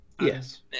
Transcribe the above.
Yes